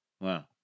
Wow